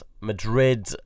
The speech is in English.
Madrid